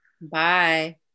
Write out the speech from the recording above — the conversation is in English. Bye